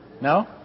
no